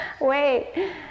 wait